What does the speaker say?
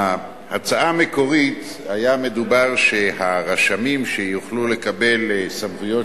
בהצעה המקורית היה מדובר על כך שהרשמים שיוכלו לקבל סמכויות